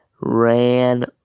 ran